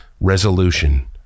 Resolution